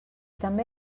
també